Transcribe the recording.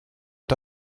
wir